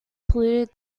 polluted